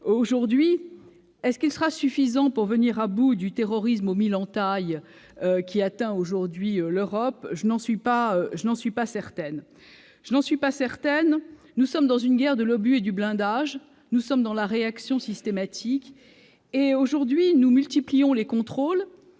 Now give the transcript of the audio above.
aujourd'hui. Mais sera-t-il suffisant pour venir à bout du terrorisme aux mille entailles qui atteint aujourd'hui l'Europe ? Je n'en suis pas certaine. En effet, nous sommes dans une guerre de l'obus et du blindage. Nous sommes dans la réaction systématique. Aujourd'hui, nous multiplions les contrôles,